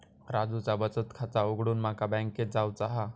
राजूचा बचत खाता उघडूक माका बँकेत जावचा हा